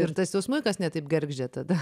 ir tas jau smuikas ne taip gergždžia tada